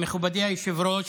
מכובדי היושב-ראש,